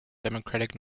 democratic